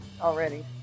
already